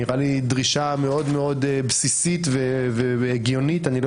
זה נראה לי דרישה מאוד-מאוד בסיסית והגיונית ואני לא